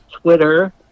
Twitter